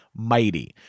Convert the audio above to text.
Mighty